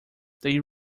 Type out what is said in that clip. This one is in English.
they